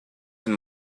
and